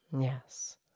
Yes